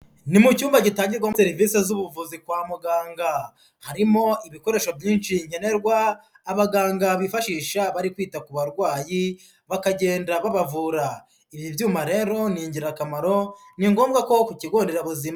Ni mu cyumba gitangirwamo serivisi z'ubuvuzi kwa muganga harimo ibikoresho byinshi nkenerwa abaganga bifashisha bari kwita ku barwayi bakagenda babavura. Ibi byuma rero ni ingirakamaro, ni ngombwa ko ku kigo nderabuzima...